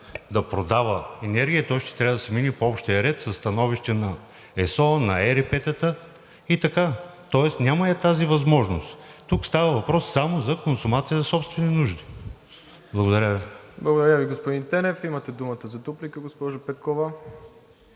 да продава енергия, той ще трябва да си мине по общия ред – със становище на ЕСО, на ЕРП-тата, и така, тоест няма я тази възможност. Тук става въпрос само за консумация за собствени нужди. Благодаря Ви. ПРЕДСЕДАТЕЛ МИРОСЛАВ ИВАНОВ: Благодаря Ви, господин Тенев. Имате думата за дуплика, госпожо Петкова,